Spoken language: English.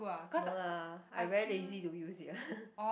no lah I very lazy to use it